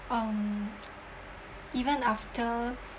um even after